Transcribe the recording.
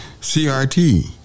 CRT